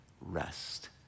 rest